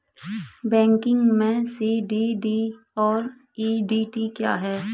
Banking में CDD और EDD क्या हैं?